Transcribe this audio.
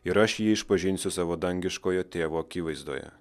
ir aš jį išpažinsiu savo dangiškojo tėvo akivaizdoje